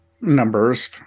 numbers